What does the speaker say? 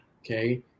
okay